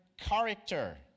character